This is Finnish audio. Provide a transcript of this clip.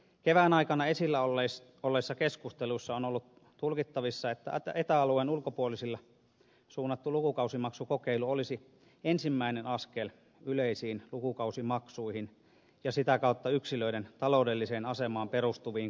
kevään aikana esillä olleissa keskusteluissa on ollut tulkittavissa että eta alueen ulkopuolisille suunnattu lukukausimaksukokeilu olisi ensimmäinen askel yleisiin lukukausimaksuihin ja sitä kautta yksilöiden taloudelliseen asemaan perustuviin koulutusmahdollisuuksiin